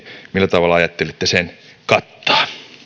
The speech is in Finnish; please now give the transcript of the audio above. ajattelitte kattaa